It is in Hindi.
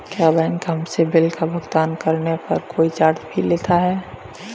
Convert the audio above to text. क्या बैंक हमसे बिल का भुगतान करने पर कोई चार्ज भी लेता है?